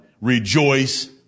rejoice